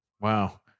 Wow